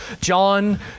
John